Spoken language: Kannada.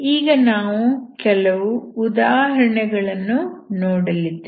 ಈಗ ನಾವು ಕೆಲವು ಉದಾಹರಣೆಗಳನ್ನು ನೋಡಲಿದ್ದೇವೆ